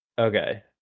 Okay